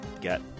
get